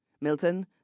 Milton